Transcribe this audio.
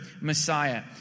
Messiah